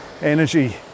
energy